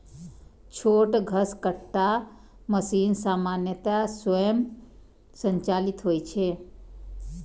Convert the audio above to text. छोट घसकट्टा मशीन सामान्यतः स्वयं संचालित होइ छै